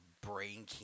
brain